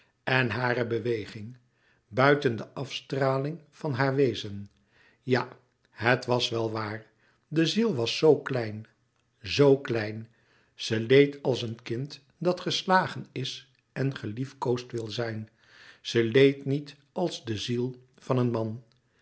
en hare beweging buiten de afstraling van haar wezen ja het was wel waar de ziel was zoo klein zoo klein ze leed als een kind dat geslagen is en geliefkoosd wil zijn ze leed niet als de ziel van een man